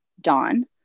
Dawn